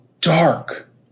dark